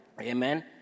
Amen